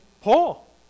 Paul